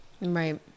Right